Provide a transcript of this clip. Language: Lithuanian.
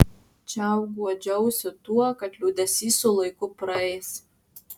čiau guodžiausi tuo kad liūdesys su laiku praeis